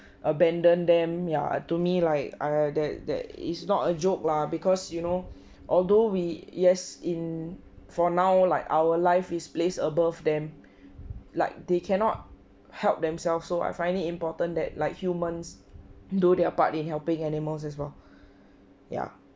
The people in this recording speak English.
abandon them ya to me like err that that is not a joke lah because you know although we yes in for now like our life is placed above them like they cannot help themselves so I find it important that like humans do their part in helping animals as well ya